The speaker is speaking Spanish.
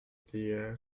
tía